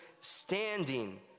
standing